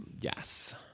Yes